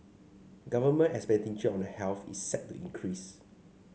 government expenditure on a health is set to increase